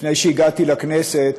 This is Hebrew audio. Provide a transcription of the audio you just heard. לפני שהגעתי לכנסת